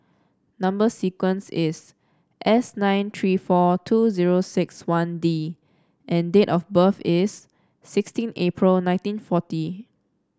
number sequence is S nine three four two zero six one D and date of birth is sixteen April nineteen forty